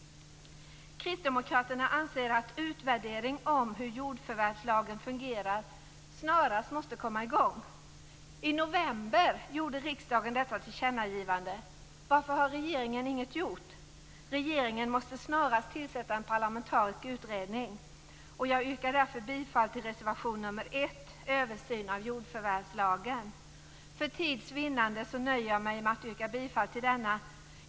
Kristdemokraterna anser att en utvärdering om hur jordförvärvslagen fungerar snarast bör komma i gång. I november gjorde riksdagen detta tillkännagivande. Varför har regeringen inget gjort? Regeringen måste snarast tillsätta en parlamentarisk utredning. Jag yrkar bifall till reservation nr 1, Översyn av jordförvärvslagen. För tids vinnande nöjer jag mig med att yrka bifall till denna reservation.